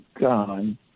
gone